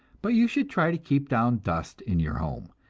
but you should try to keep down dust in your home,